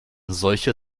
solcher